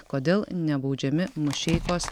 kodėl nebaudžiami mušeikos